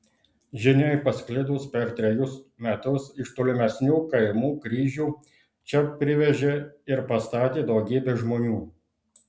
žiniai pasklidus per trejus metus iš tolimesnių kaimų kryžių čia privežė ir pastatė daugybė žmonių